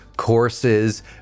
Courses